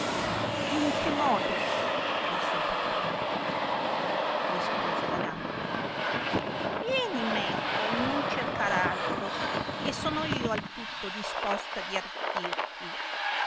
e in che modo disse il patrone rispose la gatta vieni meco e non cercar altro che sono io al tutto disposta di arricchirti